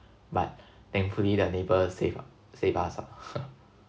but thankfully that neighbour save ah saved us ah